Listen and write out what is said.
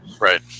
Right